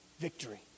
victory